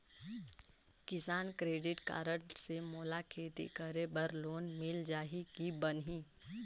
किसान credit card से मोला खेती करे बर लोन मिल जाहि की बनही??